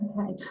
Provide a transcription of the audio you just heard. Okay